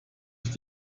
ich